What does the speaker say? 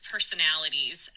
personalities